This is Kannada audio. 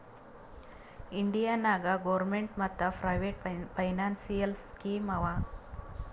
ಇಂಡಿಯಾ ನಾಗ್ ಗೌರ್ಮೇಂಟ್ ಮತ್ ಪ್ರೈವೇಟ್ ಫೈನಾನ್ಸಿಯಲ್ ಸ್ಕೀಮ್ ಆವಾ